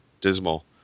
dismal